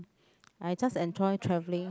I just enjoy traveling